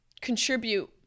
Contribute